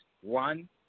one